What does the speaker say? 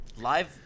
live